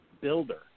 builder